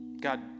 God